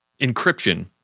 encryption